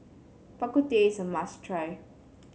Bak Kut Teh is a must try